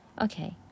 Okay